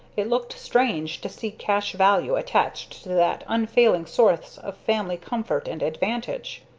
it looked strange to see cash value attached to that unfailing source of family comfort and advantage.